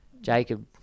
Jacob